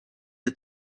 des